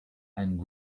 and